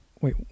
Wait